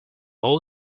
all